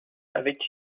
avec